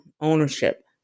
ownership